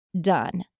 done